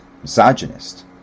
misogynist